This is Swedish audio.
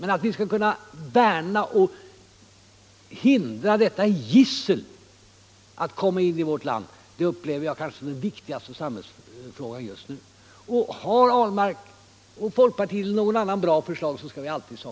Men att värna om ungdomarnas sysselsättning och hindra att detta gissel kommer in i vårt land upplever jag som den viktigaste samhällsfrågan just nu. Och har herr Ahlmark och folkpartiet några andra bra förslag, så skall vi pröva dessa!